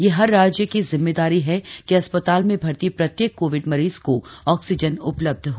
यह हर राज्य की जिम्मेदारी है कि अस्पताल में भर्ती प्रत्येक कोविड मरीज को ऑक्सीजन उपलब्ध हो